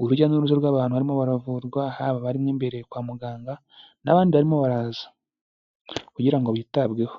urujya n'uruza rw'abantu barimo baravurwa, haba abarimo imbere kwa muganga n'abandi barimo baraza kugira ngo bitabweho.